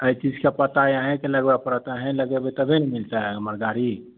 एहि चीजके पता अहेँके लगबऽ पड़त अहेँ लगेबै तबहे ने मिलतै हमर गाड़ी